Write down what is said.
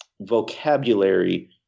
vocabulary